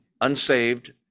unsaved